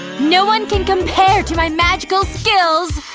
no one can compare to my magical skills!